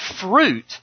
fruit